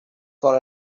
got